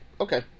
Okay